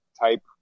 type